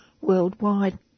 worldwide